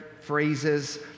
phrases